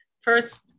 First